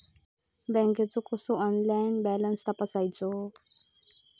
बँकेचो कसो online balance तपासायचो?